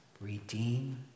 redeem